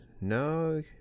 No